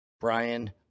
Brian